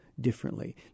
differently